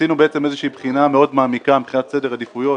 עשינו בעצם איזושהי בחינה מאוד מעמיקה מבחינת סדר עדיפויות,